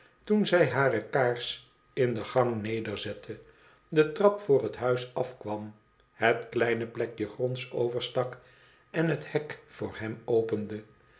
toen zij hare kaars in de gang nederzettende de trap voor het huis afkwam het kleine plekje gronds overstak en het hek voor hem opende